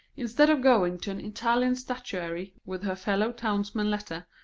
instead of going to an italian statuary with her fellow-townsmen's letter,